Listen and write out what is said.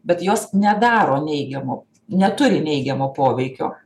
bet jos nedaro neigiamo neturi neigiamo poveikio